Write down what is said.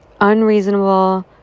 unreasonable